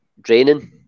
Draining